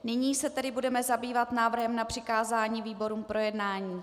Nyní se tedy budeme zabývat návrhem na přikázání výborům k projednání.